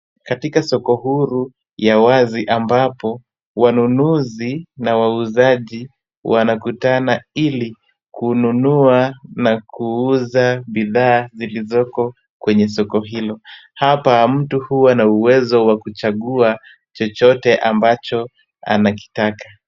Katika soko huru ya wazi ambapo wanunuzi na wauzaji wanakutana ili kununua na kuuza bidhaa zilizoko kwenye soko hilo. Hapa mtu huwa na uwezo wa kuchagua chochote ambacho anakitaka.